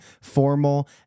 formal